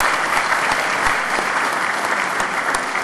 (מחיאות כפיים)